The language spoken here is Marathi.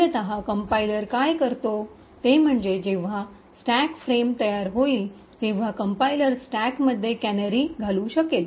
मूलत कंपाईलर काय करतो ते म्हणजे जेव्हा स्टॅक फ्रेम तयार होईल तेव्हा कंपाईलर स्टॅकमध्ये कॅनरी घालू शकेल